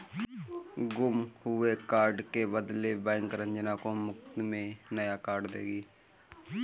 गुम हुए कार्ड के बदले बैंक रंजना को मुफ्त में नया कार्ड देगी